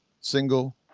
single